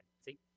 See